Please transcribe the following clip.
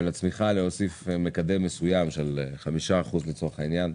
ולצמיחה להוסיף מקדם מסוים של 5% לצורך העניין,